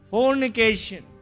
Fornication